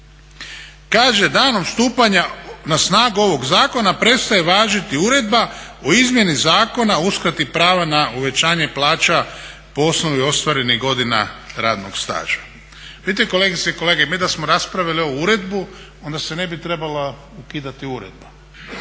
Kaže danom stupanja na snagu ovog zakona prestaje važiti Uredba o izmjeni Zakona o uskrati prava na uvećanje plaća po osnovi ostvarenih godina radnog staža. Vidite, kolegice i kolege, mi da smo raspravili ovu uredbu onda se ne bi trebala ukidati uredba